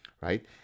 right